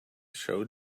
show